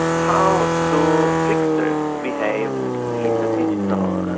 how do tricksters behave in the digital